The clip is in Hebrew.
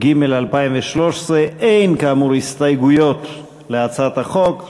התשע"ג 2013. אין, כאמור, הסתייגויות להצעת החוק.